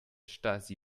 stasi